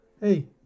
hey